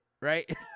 right